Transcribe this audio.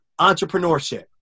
entrepreneurship